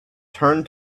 turn